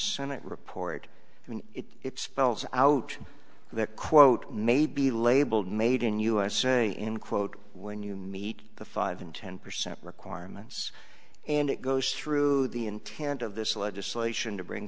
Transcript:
senate report and it spells out the quote may be labeled made in usa in quote when you meet the five and ten percent requirements and it goes through the intent of this legislation to bring